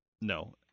No